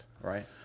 right